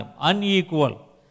unequal